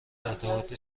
ارتباط